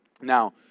Now